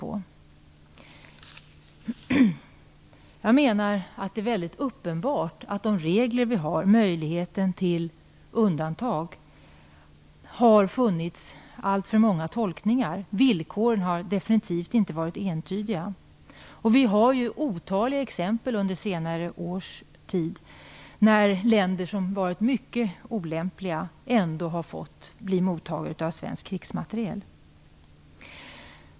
Det är uppenbart att det beträffande de regler som här gäller med tanke på möjligheterna till undantag har funnits alltför många tolkningar. Villkoren har definitivt inte varit entydiga. Från senare år finns det otaliga exempel på att länder som varit mycket olämpliga ändå fått bli mottagare av svensk krigsmateriel.